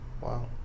Wow